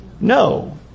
No